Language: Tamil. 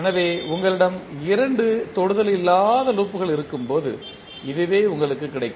எனவே உங்களிடம் இரண்டு தொடுதல் இல்லாத லூப்கள் இருக்கும்போது இதுவே உங்களுக்குக் கிடைக்கும்